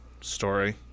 story